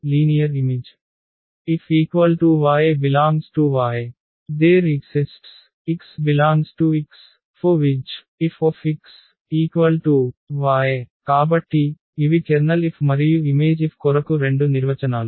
Fy∈Ythereexistsx∈XforwhichFxy కాబట్టి ఇవి Ker F మరియు Im F కొరకు రెండు నిర్వచనాలు